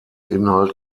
inhalt